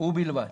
ובלבד